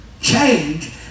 change